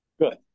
Good